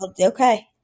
okay